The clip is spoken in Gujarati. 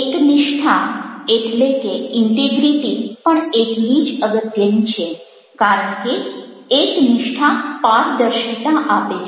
એકનિષ્ઠા પણ એટલી જ અગત્યની છે કારણ કે એકનિષ્ઠા પારદર્શિતા આપે છે